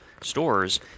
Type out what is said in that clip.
stores